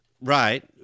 Right